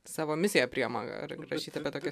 savo misiją priima rašyt apie tokias